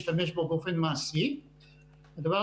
במבנים שהיו מבנים שנבנו באופן יחסי לא רע.